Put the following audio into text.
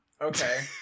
Okay